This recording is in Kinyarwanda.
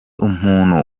umuntu